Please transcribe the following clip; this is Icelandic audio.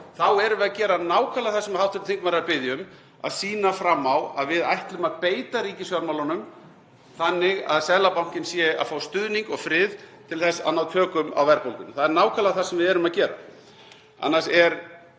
þá erum við að gera nákvæmlega það sem hv. þingmaður er að biðja um; að sýna fram á að við ætlum að beita ríkisfjármálunum þannig að Seðlabankinn sé að fá stuðning og frið til að ná tökum á verðbólgunni. Það er nákvæmlega það sem við erum að gera.